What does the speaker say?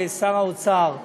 שר האוצר,